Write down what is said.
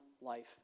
life